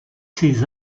ces